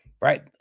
right